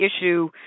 issue